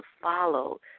follow